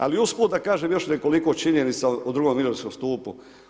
Ali usput da kažem još nekoliko činjenica u drugom mirovinskom stupu.